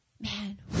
man